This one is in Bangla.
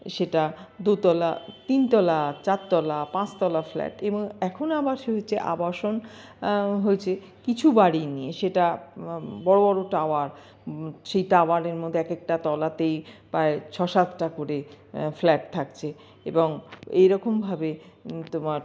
সেটা দোতলা তিনতলা চারতলা পাঁচতলা ফ্ল্যাট এবং এখনও আবার সে হয়েছে আবাসন হয়েছে কিছু বাড়ি নিয়ে সেটা বড় বড় টাওয়ার সেই টাওয়ারের মধ্যে এক একটা তলাতেই প্রায় ছয় সাতটা করে ফ্ল্যাট থাকছে এবং এরকমভাবে তোমার